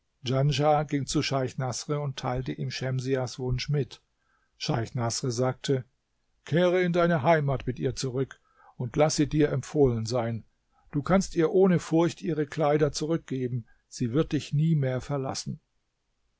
ging zu scheich naßr und teilte ihm schemsiahs wunsch mit scheich naßr sagte kehre in deine heimat mit ihr zurück und laß sie dir empfohlen sein du kannst ihr ohne furcht ihre kleider zurückgeben sie wird dich nie mehr verlassen